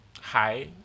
hi